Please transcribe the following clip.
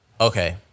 okay